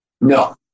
No